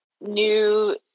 new